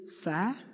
fair